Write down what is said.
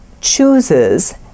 chooses